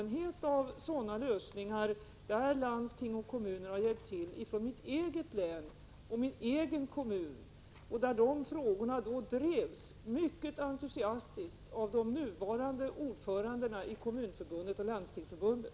min hemkommun, har erfarenhet av sådana lösningar som landsting och kommuner har bidragit till och där frågorna drevs mycket entusiastisk av de nuvarande ordförandena i Kommunförbundet och Landstingsförbundet.